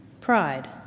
pride